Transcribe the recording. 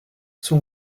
son